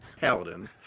Paladin